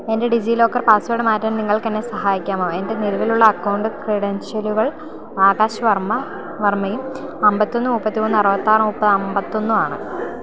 എൻ്റെ DigiLocker password മാറ്റാൻ നിങ്ങൾക്ക് എന്നെ സഹായിക്കാമോ എൻ്റെ നിലവിലുള്ള അക്കൗണ്ട് ക്രെഡൻഷ്യലുകൾ ആകാശ് വർമ്മ വർമ്മയും അൻപത്തി ഒന്ന് മുപ്പത്തി മൂന്ന് അറുപത്തി ആറ് മുപ്പത് അൻപത്തി ഒന്നും ആണ്